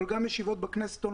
אבל גם ישיבות בכנסת הנוכחית,